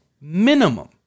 minimum